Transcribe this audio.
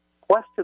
question